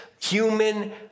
human